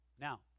Now